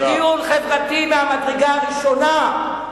זה דיון חברתי מהמדרגה הראשונה.